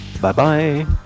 Bye-bye